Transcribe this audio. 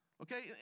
Okay